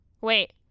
Wait